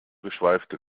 geschweifte